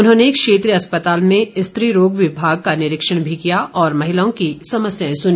उन्होंने क्षेत्रीय अस्पताल में स्त्री रोग विभाग का निरीक्षण भी किया और महिलाओं की समस्याएं सुनी